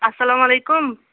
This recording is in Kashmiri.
اَسلام علیکُم